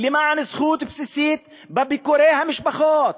למען זכות בסיסית של ביקורי משפחות,